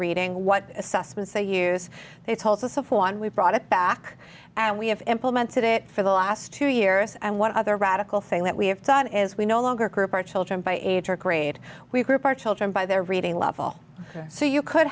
reading what sussman say years they told us so when we brought it back and we have implemented it for the last two years and what other radical thing that we have done is we no longer group our children by age or grade we group our children by their reading level so you could